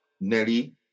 Nelly